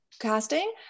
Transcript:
casting